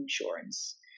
insurance